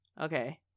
Okay